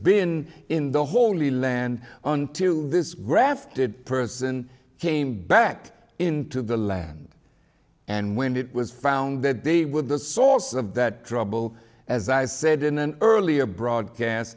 been in the holy land on to this grafted person came back into the land and when it was found that they would the source of that trouble as i said in an earlier broadcast